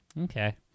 Okay